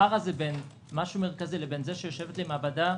הפער בין משהו מרכזי לבין זה שיש לי מעבדה